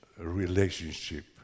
relationship